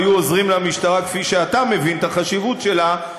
היו עוזרים למשטרה כפי שאתה מבין את החשיבות שלה,